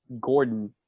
Gordon